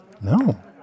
no